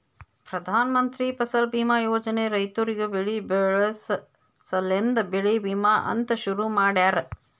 ಪ್ರಧಾನ ಮಂತ್ರಿ ಫಸಲ್ ಬೀಮಾ ಯೋಜನೆ ರೈತುರಿಗ್ ಬೆಳಿ ಬೆಳಸ ಸಲೆಂದೆ ಬೆಳಿ ವಿಮಾ ಅಂತ್ ಶುರು ಮಾಡ್ಯಾರ